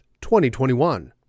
2021